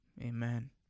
Amen